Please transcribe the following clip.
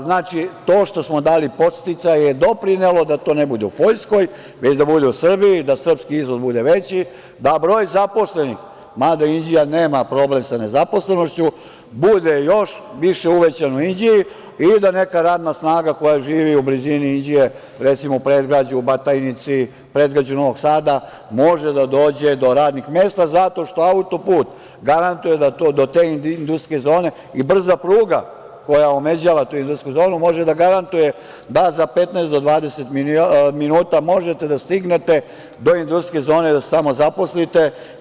Znači, to što smo dali podsticaje je doprinelo da to ne bude u Poljskoj, već da bude u Srbiji i da srpski izvoz bude veći, da broj zaposlenih, mada Inđija nema problem sa nezaposlenošću, bude još više uvećan u Inđiji i da neka radna snaga koja živi u blizini Inđije, recimo u predgrađu u Batajnici, predgrađu Novog Sada može da dođe do radnih mesta zato što autoput garantuje da do te industrijske zone i brza pruga koja omeđava tu industrijsku zonu, može da garantuje da za 15 do 20 minuta možete da stignete do industrijske zone da se tamo zaposlite.